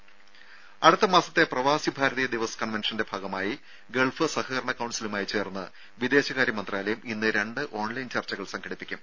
ദ്ദേ അടുത്ത മാസത്തെ പ്രവാസി ഭാരതീയ ദിവസ് കൺവെൻഷന്റെ ഭാഗമായി ഗൾഫ് സഹകരണ കൌൺസിലുമായി ചേർന്ന് വിദേശകാര്യ മന്ത്രാലയം ഇന്ന് രണ്ട് ഓൺലൈൻ ചർച്ചകൾ സംഘടിപ്പിക്കും